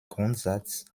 grundsatz